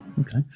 Okay